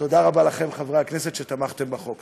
תודה רבה לכם, חברי הכנסת, על שתמכתם בחוק.